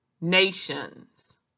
nations